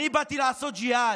אני באתי לעשות ג'יהאד.